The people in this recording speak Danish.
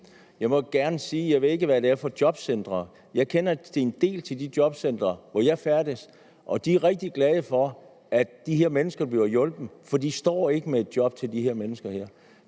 Jeg vil gerne sige, at jeg ikke ved, hvad det er for jobcentre. Jeg kender en del til jobcentrene der, hvor jeg færdes, og de er rigtig glade for, at de her mennesker bliver hjulpet, for de står ikke med et job til de her mennesker. Hr.